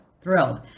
thrilled